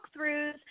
walkthroughs